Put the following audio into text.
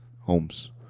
Holmes